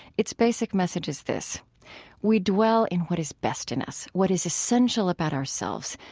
its basic message is this we dwell in what is best in us, what is essential about ourselves,